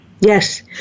Yes